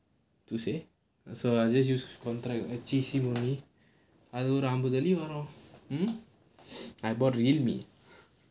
contract அது ஒரு அம்பது வெள்ளி வரும்:adhu oru ambathu velli varum hmm I bought realme